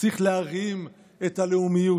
צריך להרים את הלאומיות.